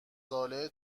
ساله